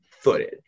footage